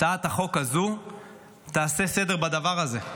הצעת החוק הזו תעשה סדר בדבר הזה.